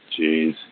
Jeez